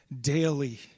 daily